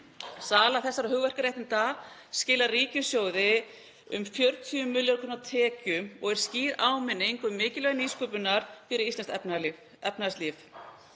Sala þessara hugverkaréttinda skilar ríkissjóði um 40 milljarða kr. tekjum og er skýr áminning um mikilvægi nýsköpunar fyrir íslenskt efnahagslíf.